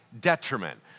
detriment